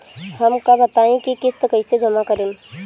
हम का बताई की किस्त कईसे जमा करेम?